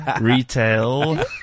retail